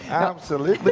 absolutely.